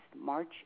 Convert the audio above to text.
march